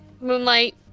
moonlight